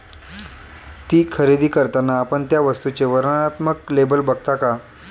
ती खरेदी करताना आपण त्या वस्तूचे वर्णनात्मक लेबल बघता का?